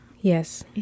Yes